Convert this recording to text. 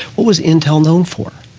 what was intel known for?